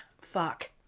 Fuck